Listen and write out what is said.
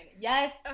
yes